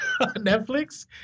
Netflix